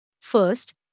First